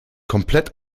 komplett